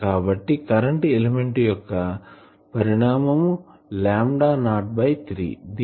కాబట్టి current element యొక్క పరిణము లాంబ్డా నాట్ బై 3